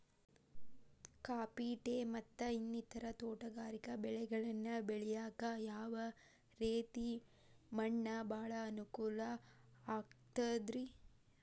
Coffee, tea, ಮತ್ತ ಇನ್ನಿತರ ತೋಟಗಾರಿಕಾ ಬೆಳೆಗಳನ್ನ ಬೆಳೆಯಾಕ ಯಾವ ರೇತಿ ಮಣ್ಣ ಭಾಳ ಅನುಕೂಲ ಆಕ್ತದ್ರಿ?